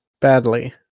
badly